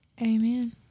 Amen